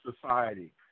society